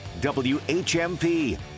whmp